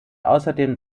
außerdem